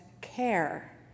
care